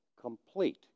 complete